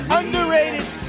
underrated